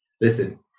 Listen